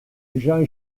jean